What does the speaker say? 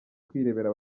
kwirebera